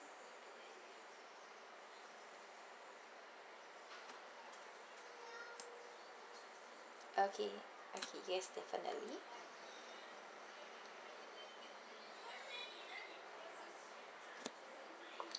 okay okay yes definitely